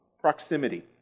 proximity